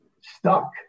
stuck